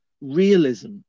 realism